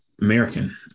American